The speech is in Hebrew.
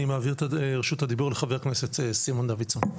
אני מעביר את רשות הדיבור לחבר הכנסת סימון דוידסון.